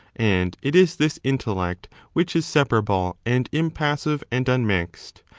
and it is this intellect which is separable and impassive and unmixed,